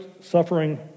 suffering